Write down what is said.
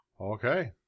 Okay